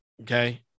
Okay